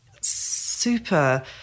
super